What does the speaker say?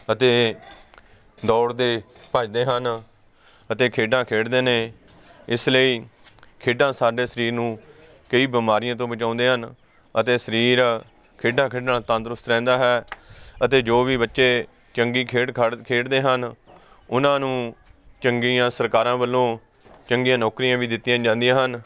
ਅਤੇ ਦੌੜਦੇ ਭੱਜਦੇ ਹਨ ਅਤੇ ਖੇਡਾਂ ਖੇਡਦੇ ਨੇ ਇਸ ਲਈ ਖੇਡਾਂ ਸਾਡੇ ਸਰੀਰ ਨੂੰ ਕਈ ਬਿਮਾਰੀਆਂ ਤੋਂ ਬਚਾਉਂਦੀਆਂ ਹਨ ਅਤੇ ਸਰੀਰ ਖੇਡਾਂ ਖੇਡਣ ਨਾਲ ਤੰਦਰੁਸਤ ਰਹਿੰਦਾ ਹੈ ਅਤੇ ਜੋ ਵੀ ਬੱਚੇ ਚੰਗੀ ਖੇਡ ਖਡ ਖੇਡਦੇ ਹਨ ਉਹਨਾਂ ਨੂੰ ਚੰਗੀਆਂ ਸਰਕਾਰਾਂ ਵੱਲੋਂ ਚੰਗੀਆਂ ਨੌਕਰੀਆਂ ਵੀ ਦਿੱਤੀਆਂ ਜਾਂਦੀਆਂ ਹਨ